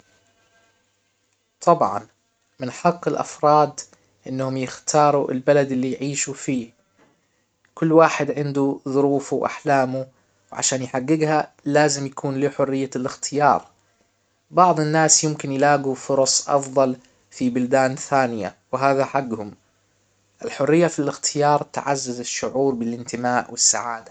طبعا من حق الافراد انهم يختاروا البلد اللي يعيشوا فيه كل واحد عنده ظروفه واحلامه عشان يحققها لازم يكون له حرية الاختيار بعض الناس يمكن يلاجوا فرص افضل في بلدان ثانية وهذا حجهم، الحرية في الاختيار تعزز الشعور بالانتماء والسعادة